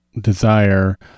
desire